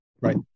Right